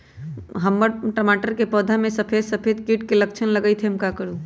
हमर टमाटर के पौधा में सफेद सफेद कीट के लक्षण लगई थई हम का करू?